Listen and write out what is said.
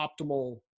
optimal